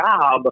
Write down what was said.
job